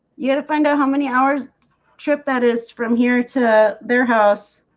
you had to find out how many hours trip that is from here to their house